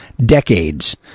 decades